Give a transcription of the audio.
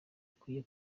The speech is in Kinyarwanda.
akwiye